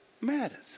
matters